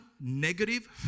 negative